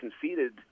conceded